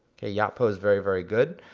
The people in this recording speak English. okay yotpo is very very good.